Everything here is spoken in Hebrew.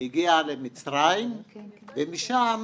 הגיעה למצרים ומשם